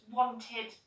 wanted